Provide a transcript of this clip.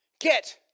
Get